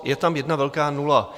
Je tam jedna velká nula!